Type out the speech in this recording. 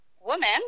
Woman